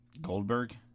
Goldberg